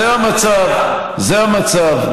זה המצב, זה המצב.